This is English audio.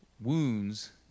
wounds